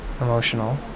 emotional